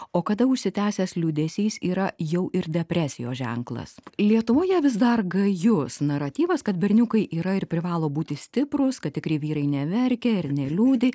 o kada užsitęsęs liūdesys yra jau ir depresijos ženklas lietuvoje vis dar gajus naratyvas kad berniukai yra ir privalo būti stiprūs kad tikri vyrai neverkia ir neliūdi